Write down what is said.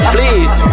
Please